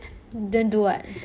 then do what